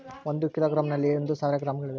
ಒಂದು ಕಿಲೋಗ್ರಾಂ ನಲ್ಲಿ ಒಂದು ಸಾವಿರ ಗ್ರಾಂಗಳಿವೆ